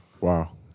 Wow